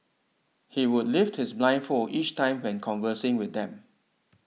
he would lift his blindfold each time when conversing with them